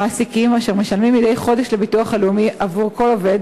המעסיקים אשר משלמים מדי חודש לביטוח הלאומי עבור כל עובד